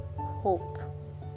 hope